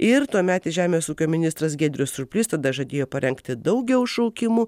ir tuometis žemės ūkio ministras giedrius surplys tada žadėjo parengti daugiau šaukimų